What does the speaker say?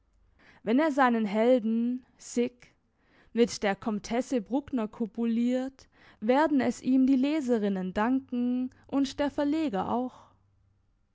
wenn er seinen helden sic mit der komtesse bruckner kopuliert werden es ihm die leserinnen danken und der verleger auch